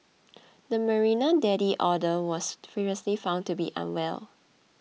the Marina daddy otter was previously found to be unwell